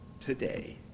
today